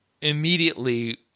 immediately